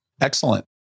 Excellent